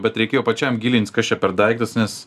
bet reikėjo pačiam gilintis kas čia per daiktas nes